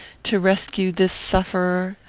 to rescue this sufferer?